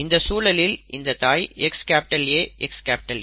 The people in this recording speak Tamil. இந்த சூழலில் இந்த தாய் XAXA